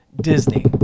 Disney